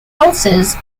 pulses